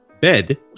bed